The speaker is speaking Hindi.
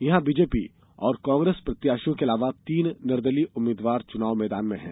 यहां भाजपा और कांग्रेस प्रत्याशियों के अलावा तीन निर्दलीय उम्मीद्वार चुनाव मैदान में हैं